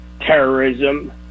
terrorism